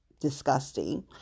Disgusting